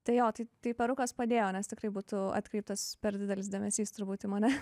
tai jo tai tai perukas padėjo nes tikrai būtų atkreiptas per didelis dėmesys turbūt į mane